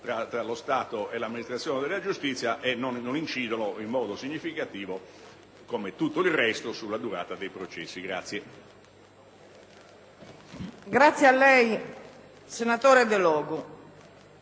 tra lo Stato e l'amministrazione della giustizia e non incidono in modo significativo, come tutto il resto, sulla durata dei processi.